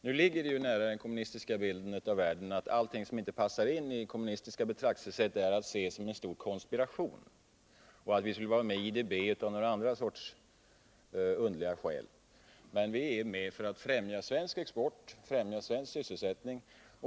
Nu ligger det ju nära den kommunistiska bilden av världen att se allting som inte passar in i det kommunistiska betraktelsesättet som en stor konspiration och anse att vi skulle vara med i IDB av några andra och underliga skäl, men vi är med där för att främja svensk export och svensk sysselsättning.